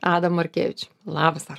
adam markevič labas artūr